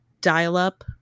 dial-up